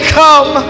come